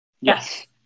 Yes